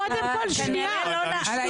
קודם כל --- כמו שהן לא נשמעות על האיזוק